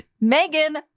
Megan